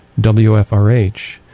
WFRH